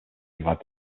provide